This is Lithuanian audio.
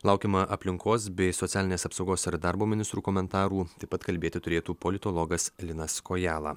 laukiama aplinkos bei socialinės apsaugos ir darbo ministrų komentarų taip pat kalbėti turėtų politologas linas kojala